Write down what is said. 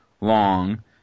long –